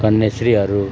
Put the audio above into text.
कन्याश्रीहरू